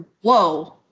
Whoa